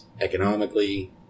economically